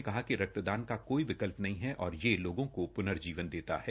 श्री धनखड़ ने कहा कि रक्तदान का कोई विकल्प नहीं है और ये लोगों को पुनर्जीवन देता है